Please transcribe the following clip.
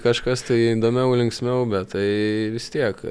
kažkas tai įdomiau linksmiau bet tai vis tiek